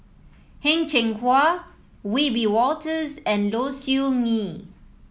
Heng Cheng Hwa Wiebe Wolters and Low Siew Nghee